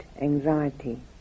anxiety